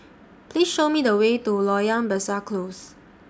Please Show Me The Way to Loyang Besar Close